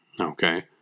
Okay